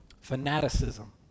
fanaticism